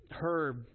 Herb